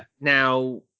Now